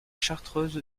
chartreuse